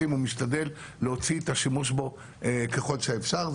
ומשתדל להוציא את השימוש בו ככל שאפשר.